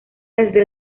desde